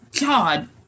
God